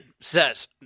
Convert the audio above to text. says